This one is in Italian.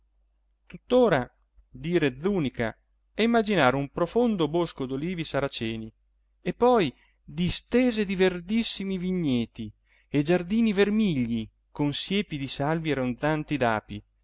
tuttora dire zùnica e immaginare un profondo bosco d'olivi saraceni e poi distese di verdissimi vigneti e giardini vermigli con siepi di salvie ronzanti d'api